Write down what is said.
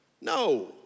No